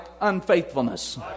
unfaithfulness